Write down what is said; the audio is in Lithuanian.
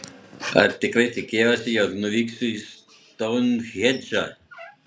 ar tikrai tikėjosi jog nuvyksiu į stounhendžą